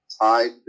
tied